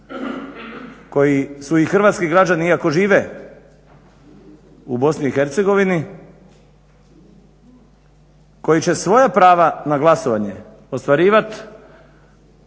koji su hrvatski građani iako žive u BiH, koji će svoja prava na glasovanje ostvarivat